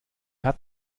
hat